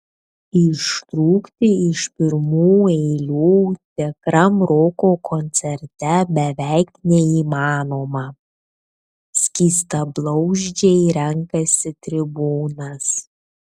ištrūkti iš pirmų eilių tikram roko koncerte beveik neįmanoma skystablauzdžiai renkasi tribūnas